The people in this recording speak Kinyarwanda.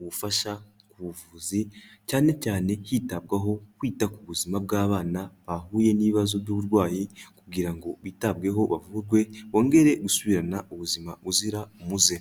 ubufasha k'ubuvuzi cyane cyane hitabwaho kwita ku buzima bw'abana bahuye n'ibibazo by'uburwayi kugira ngo bitabweho bavurwe bongere gusubirana ubuzima uzira umuze.